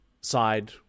side